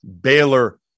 Baylor